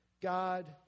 God